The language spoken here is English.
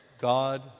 God